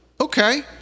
Okay